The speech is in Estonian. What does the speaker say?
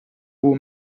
kuu